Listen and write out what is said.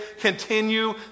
continue